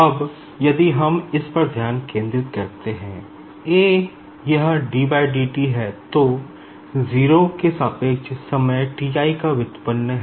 अब यदि हम इस पर ध्यान केंद्रित करते हैंए तो यह ddt है जो कि 0 के सापेक्ष समय T i का व्युत्पन्न है